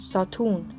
Saturn